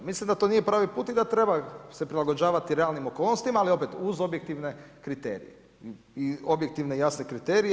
Mislim da to nije pravi put i da treba se prilagođavati realnim okolnostima, ali opet uz objektivne kriterije, objektivne i jasne kriterije.